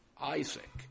Isaac